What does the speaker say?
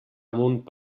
amunt